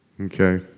Okay